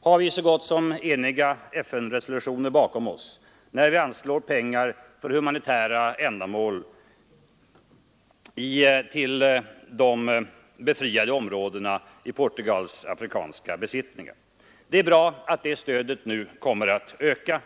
har vi så gott som eniga FN-resolutioner bakom oss, när vi anslår pengar för humanitära ändamål till de befriade områdena i Portugals afrikanska besittningar. Det är bra att det stödet nu kommer att öka.